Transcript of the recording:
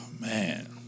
Man